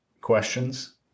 questions